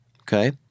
Okay